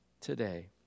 today